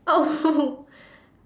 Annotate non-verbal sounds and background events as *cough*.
oh *laughs*